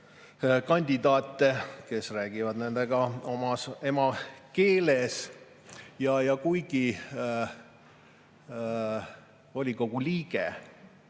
kandidaate, kes räägivad nendega nende emakeeles. Ja kuigi volikogu liige